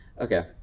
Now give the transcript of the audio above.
Okay